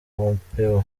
pompeo